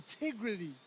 integrity